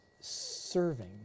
serving